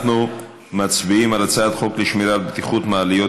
אנחנו מצביעים על הצעת חוק לשמירת בטיחות מעליות,